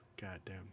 goddamn